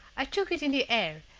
i took it in the air,